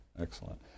excellent